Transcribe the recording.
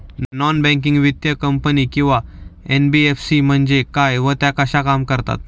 Non banking वित्तीय company किंवा NBFC म्हणजे काय व त्या कशा काम करतात?